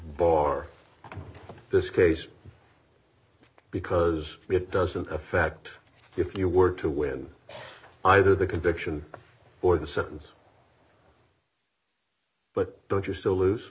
bar this case because it doesn't affect you if you were to win either the conviction or the sentence but don't you still lose